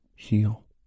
heal